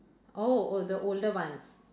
oh oh the older ones